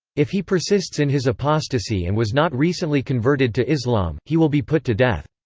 if he persists in his apostasy and was not recently converted to islam, he will be put to death.